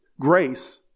Grace